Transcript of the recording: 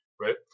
right